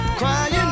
crying